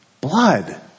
blood